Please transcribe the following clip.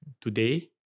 today